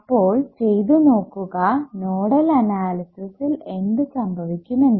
അപ്പോൾ ചെയ്തു നോക്കുക നോഡൽ അനാലിസിസിൽ എന്ത് സംഭവിക്കും എന്ന്